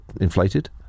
inflated